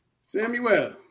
Samuel